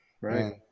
Right